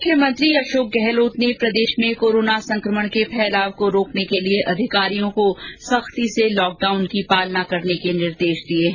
मुख्यमंत्री अशोक गहलोत ने प्रदेश में कोरोना संकमण के फैलाव को रोकने के लिए अधिकारियों को सख्ती से लॉकडाउन की पालना के निर्देश दिए है